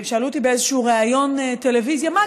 שאלו אותי באיזשהו ראיון טלוויזיה: מה,